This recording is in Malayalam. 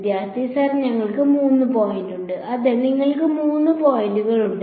വിദ്യാർത്ഥി സർ ഞങ്ങൾക്ക് മൂന്ന് പോയിന്റുണ്ട് അതെ നിങ്ങൾക്ക് മൂന്ന് പോയിന്റുകൾ ഉണ്ട്